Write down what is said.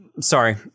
Sorry